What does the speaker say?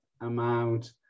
amount